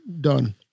done